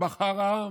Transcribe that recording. בחר העם,